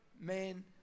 men